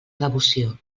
devoció